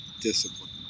discipline